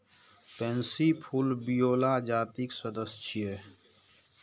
pansy फूल viola जातिक सदस्य छियै